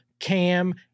cam